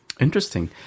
Interesting